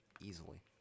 easily